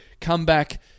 comeback